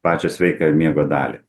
pačią sveikąją miego dalį